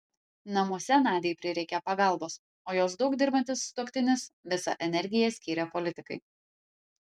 namuose nadiai prireikė pagalbos o jos daug dirbantis sutuoktinis visą energiją skyrė politikai